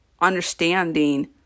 understanding